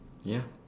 ya